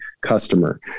customer